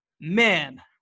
man